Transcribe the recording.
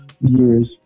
years